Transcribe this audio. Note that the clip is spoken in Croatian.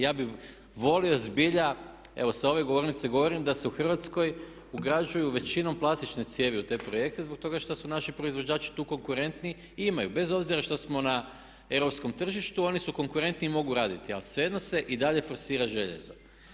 Ja bih volio zbilja, evo sa ove govornice govorim da se u Hrvatskoj ugrađuju većinom plastične cijevi u te projekte zbog toga što su naši proizvođači tu konkurentni i imaju bez obzira što smo na europskom tržištu oni su konkurentni i mogu raditi ali svejedno se i dalje forsira željezo.